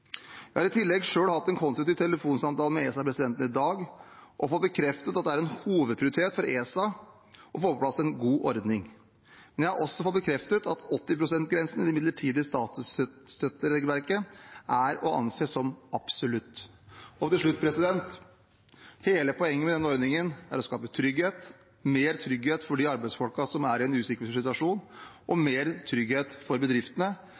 har i tillegg selv hatt en konstruktiv telefonsamtale med ESA-presidenten i dag og fått bekreftet at det er en hovedprioritet for ESA å få på plass en god ordning. Men jeg har også fått bekreftet at 80 pst.-grensen i det midlertidige statsstøtteregelverket er å anse som absolutt. Til slutt: Hele poenget med denne ordningen er å skape trygghet – mer trygghet for de arbeidsfolkene som er i en usikker situasjon, og mer trygghet for bedriftene.